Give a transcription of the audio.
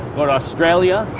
go to australia,